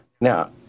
Now